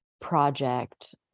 project